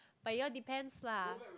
but it all depends lah